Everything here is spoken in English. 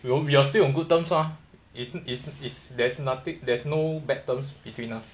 we won't be we're still on good terms ah is is is there's nothing there's no bad terms between us